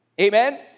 Amen